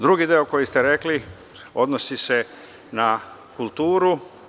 Drugi deo koji ste rekli se odnosi na kulturu.